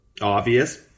obvious